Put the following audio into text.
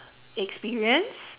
experience